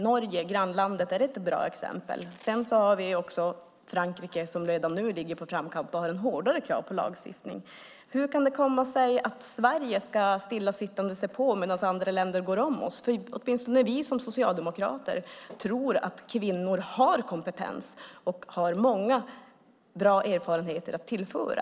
Norge, grannlandet, är ett bra exempel. Sedan har vi också Frankrike som redan nu ligger i framkant och har hårdare krav på lagstiftning. Hur kan det komma sig att Sverige ska stillasittande se på medan andra länder går om oss? Åtminstone vi som socialdemokrater tror att kvinnor har kompetens och många bra erfarenheter att tillföra.